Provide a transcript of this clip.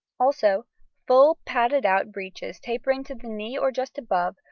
also full padded-out breeches tapering to the knee or just above,